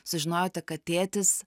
sužinojote kad tėtis